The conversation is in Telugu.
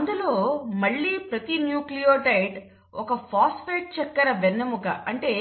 అందులో మళ్లీ ప్రతి న్యూక్లియోటైడ్ ఒక ఫాస్పేట్ చక్కెర వెన్నెముక అంటే